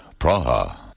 Praha